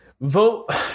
vote